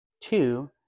Two